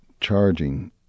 charging